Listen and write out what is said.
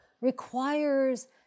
requires